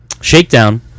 Shakedown